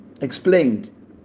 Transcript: explained